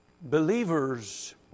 Believers